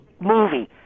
movie